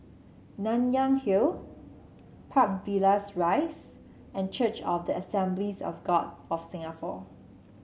Nanyang Hill Park Villas Rise and Church of the Assemblies of God of Singapore